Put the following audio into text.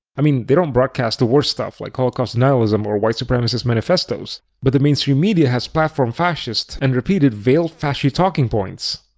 i mean they don't broadcast the worst stuff like holocaust denialism or white supremacist manifestos. but the mainstream media has platformed fascists and repeated veiled fashy talking points.